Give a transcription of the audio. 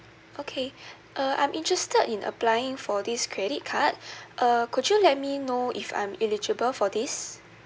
okay uh I'm interested in applying for this credit card err could you let me know if I'm eligible for this